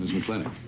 mclintock.